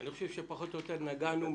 אני חושב שפחות או יותר נגענו ומיצינו.